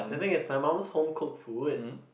I think it's my mum's home cook food